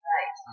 Right